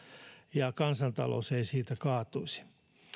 ja kansantalous ei siitä kaatuisi